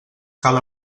cal